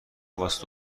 واسه